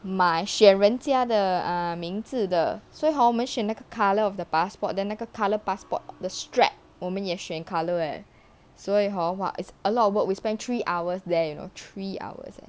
买写人家的 ah 名字的所以 hor 我们选那个 colour of the passport then 那个 colour passport the strap 我们也选 colour eh 所以 hor !wah! it's a lot of work we spent three hours there you know three hours leh